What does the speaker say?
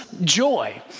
joy